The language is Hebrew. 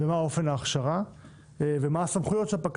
מה אופן ההכשרה ומה הסמכויות של הפקח.